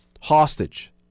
hostage